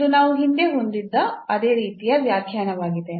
ಇದು ನಾವು ಹಿಂದೆ ಹೊಂದಿದ್ದ ಅದೇ ರೀತಿಯ ವ್ಯಾಖ್ಯಾನವಾಗಿದೆ